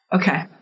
Okay